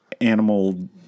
animal